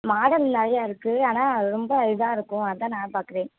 model நிறையா இருக்குது ஆனால் ரொம்ப இதாக இருக்கும் அதுதான் நான் பார்க்குறேன்